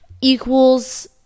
equals